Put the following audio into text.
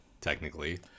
technically